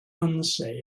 unsay